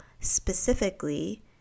specifically